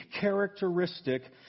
characteristic